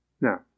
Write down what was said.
No